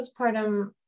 postpartum